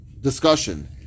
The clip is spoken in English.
discussion